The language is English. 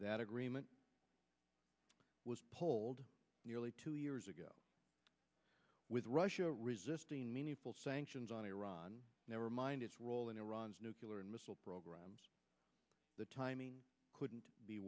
that agreement was polled nearly two years ago with russia resisting meaningful sanctions on iran nevermind its role in iran's nuclear and missile programs the timing couldn't be